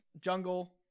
Jungle –